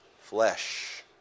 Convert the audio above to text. flesh